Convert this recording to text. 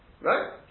Right